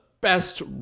best